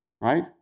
right